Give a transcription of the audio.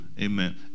Amen